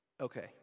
okay